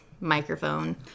microphone